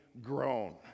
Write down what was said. grown